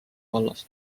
vallas